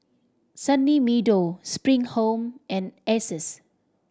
Sunny Meadow Spring Home and Asus